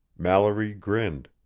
mallory grinned.